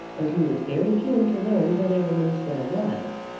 and who was very keen to learn whatever news there was.